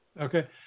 Okay